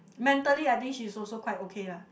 mentally I think she's also quite okay lah